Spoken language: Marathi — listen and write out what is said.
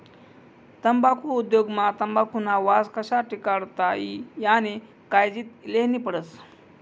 तम्बाखु उद्योग मा तंबाखुना वास कशा टिकाडता ई यानी कायजी लेन्ही पडस